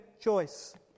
choice